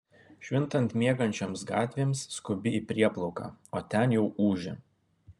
švintant miegančiomis gatvėmis skubi į prieplauką o ten jau ūžia